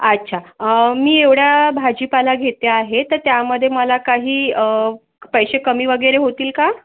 अच्छा अं मी एवढा भाजीपाला घेते आहे तर त्यामधे मला काही अं पैशे कमी वगैरे होतील का